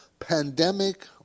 pandemic